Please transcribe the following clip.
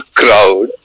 crowd